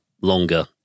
longer